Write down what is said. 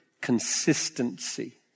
consistency